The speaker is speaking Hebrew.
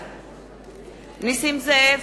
בעד נסים זאב,